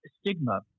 stigma